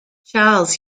charles